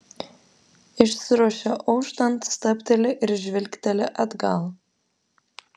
išsiruošia auštant stabteli ir žvilgteli atgal